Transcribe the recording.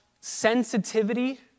sensitivity